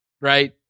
right